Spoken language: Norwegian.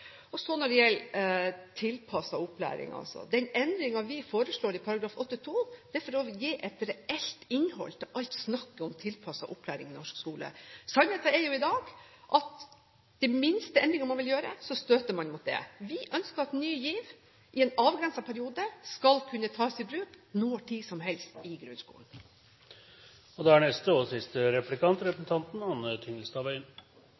Så til tilpasset opplæring. Den endringen vi foreslår i § 8-2, foreslår vi for å gi et reelt innhold til alt snakket om tilpasset opplæring i norsk skole. Sannheten i dag er jo at ved den minste endring man vil gjøre, støter man mot det. Vi ønsker at Ny GIV i en avgrenset periode skal kunne tas i bruk når som helst i grunnskolen. Hvis en er